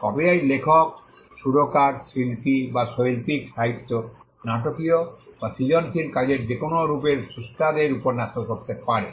copyright লেখক সুরকার শিল্পী বা শৈল্পিক সাহিত্য নাটকীয় বা সৃজনশীল কাজের যে কোনও রূপের স্রষ্টাদের উপর ন্যস্ত করতে পারে